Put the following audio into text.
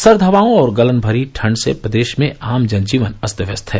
सर्द हवाओं और गलन भरी ठंड से प्रदेश में आम जनजीवन अस्त व्यस्त है